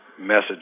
message